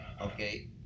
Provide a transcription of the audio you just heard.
Okay